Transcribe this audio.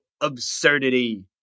Absurdity